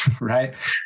Right